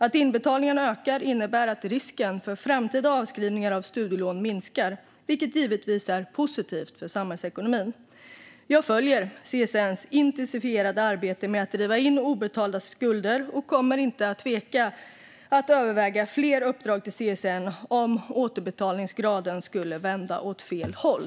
Att inbetalningarna ökar innebär att risken för framtida avskrivningar av studielån minskar, vilket givetvis är positivt för samhällsekonomin. Jag följer CSN:s intensifierade arbete med att driva in obetalda skulder och kommer inte att tveka att överväga fler uppdrag till CSN om återbetalningsgraden skulle vända åt fel håll.